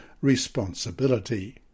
responsibility